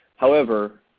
however,